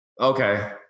Okay